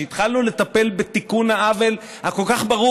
כשהתחלנו לטפל בתיקון העוול הברור